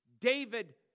David